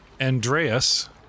Andreas